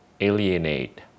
alienate